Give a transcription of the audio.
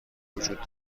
وجود